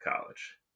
college